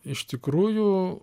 iš tikrųjų